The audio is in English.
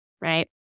right